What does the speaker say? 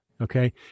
Okay